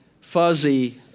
fuzzy